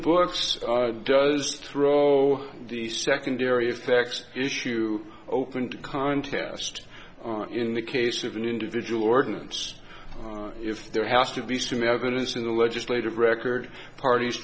books does throw the secondary effects issue opened contest in the case of an individual ordinance if there has to be some evidence in the legislative record parties